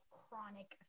chronic